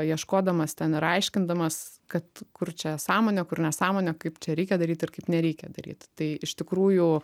ieškodamas ten ir aiškindamas kad kur čia sąmonė kur nesąmonė kaip čia reikia daryti ir kaip nereikia daryt tai iš tikrųjų